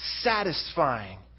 satisfying